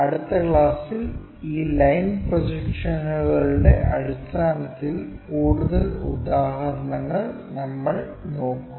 അടുത്ത ക്ലാസുകളിൽ ഈ ലൈൻ പ്രൊജക്ഷനുകളുടെ അടിസ്ഥാനത്തിൽ കൂടുതൽ ഉദാഹരണങ്ങൾ നമ്മൾ നോക്കും